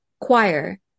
choir